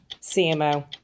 CMO